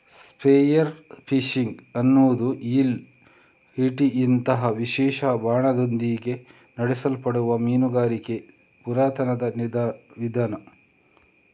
spear fishing ಅನ್ನುದು eel ಈಟಿಯಂತಹ ವಿಶೇಷ ಬಾಣದೊಂದಿಗೆ ನಡೆಸಲ್ಪಡುವ ಮೀನುಗಾರಿಕೆಯ ಪುರಾತನ ವಿಧಾನ